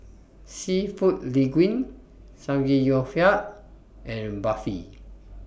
Seafood Linguine Samgeyopsal and Barfi